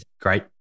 great